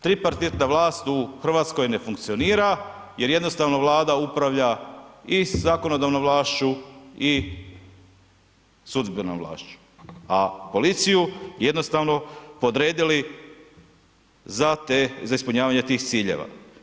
Tripartitna vlast u Hrvatskoj ne funkcionira jer jednostavno Vlada upravlja i sa zakonodavnom vlašću i sa sudbenom vlašću, a policiju jednostavno podredili za te, za ispunjavanje tih ciljeva.